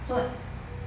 so